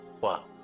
wow